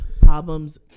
problems